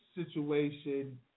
situation